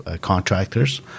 contractors